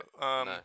No